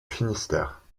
finistère